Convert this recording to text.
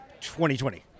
2020